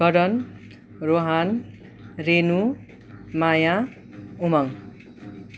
Karan Rohan Renu Maya Umang